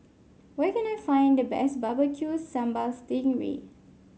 where can I find the best Barbecue Sambal Sting Ray